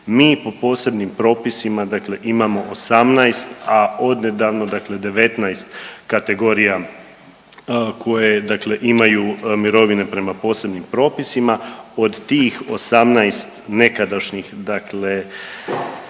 Mi po posebnim propisima dakle imamo 18, a odnedavno dakle 19 kategorija koje dakle imaju mirovine prema posebnim propisima. Od tih 18 nekadašnjih dakle